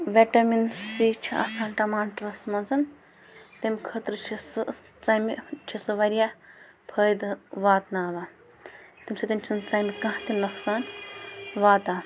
vitamin C چھِ آسان ٹَماٹرَس منٛز تَمہِ خٲطرٕ چھِ سُہ ژَمہِ چھِ سُہ واریاہ فٲیدٕ واتناوان تَمہِ سۭتۍ چھِنہٕ ژَمہِ کانٛہہ تہِ نۄقصان واتان